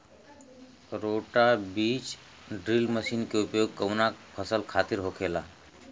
रोटा बिज drill machine के उपयोग कऊना फसल खातिर होखेला?